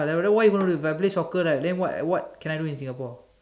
whatever why even if I play soccer right then what what can I do in Singapore